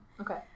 Okay